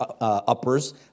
uppers